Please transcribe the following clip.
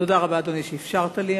תודה רבה, אדוני, שאפשרת לי.